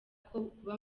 kuba